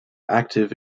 active